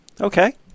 okay